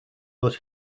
but